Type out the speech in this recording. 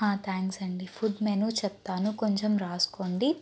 thanks అండి food menu చెప్తాను కొంచెం రాసుకోండి